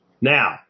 Now